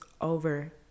over